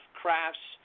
crafts